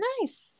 Nice